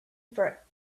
for